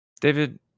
David